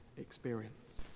experience